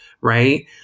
right